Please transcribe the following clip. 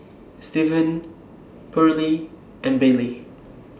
Steven Pearlie and Bailey